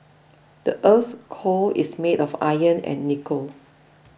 the earth's core is made of iron and nickel